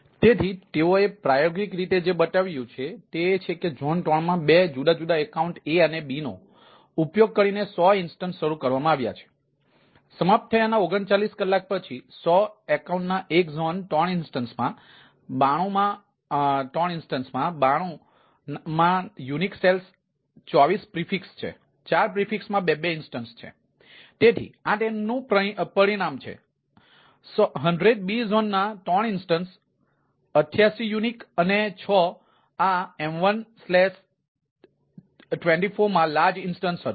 તેથી તેઓએ પ્રાયોગિક રીતે જે બતાવ્યું છે તે એ છે કે ઝોન ત્રણમાં બે જુદા જુદા એકાઉન્ટ A અને B નો ઉપયોગ કરીને સો હતું અને M1 એક એક્સટ્રા લાર્જ ઇન્સ્ટન્સ હતું